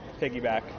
piggyback